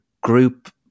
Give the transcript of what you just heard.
group